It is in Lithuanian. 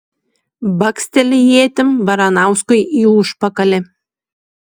baksteli ietim baranauskui į užpakalį